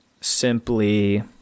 simply